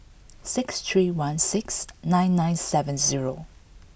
six three one six nine nine seven zero